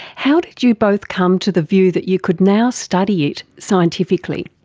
how did you both come to the view that you could now study it scientifically?